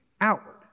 outward